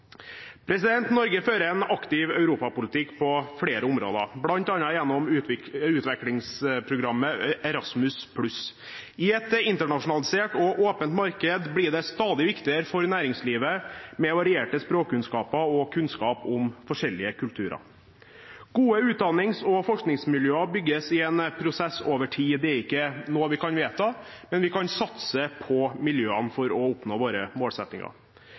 Norge fører en aktiv europapolitikk på flere områder, bl.a. gjennom utvekslingsprogrammet Erasmus+. I et internasjonalisert og åpent marked blir det stadig viktigere for næringslivet med varierte språkkunnskaper og kunnskap om forskjellige kulturer. Gode utdannings- og forskningsmiljøer bygges i en prosess over tid. Det er ikke noe vi kan vedta, men vi kan satse på miljøene for å oppnå våre målsettinger.